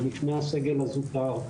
עוד לפני הסגל הזוטר.